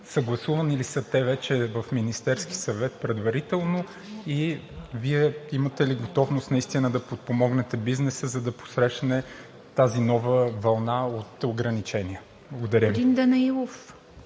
Съгласувани ли са те в Министерския съвет предварително и Вие имате ли готовност наистина да подпомогнете бизнеса, за да посрещне тази нова вълна от ограничения? Благодаря Ви.